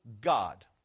God